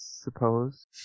suppose